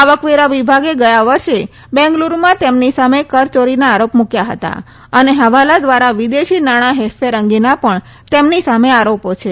આવકવેરાવ વિભાગે ગયા વર્ષે બેંગલુરૂમાં તેમની સામે કરચોરીના આરોપ મુકથા હતા તથા હવાલા દ્વારા વિદેશી નાણાં હેરફેર અંગેના પણ તેમની સામે આરોપો છે